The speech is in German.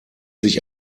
sich